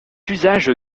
usage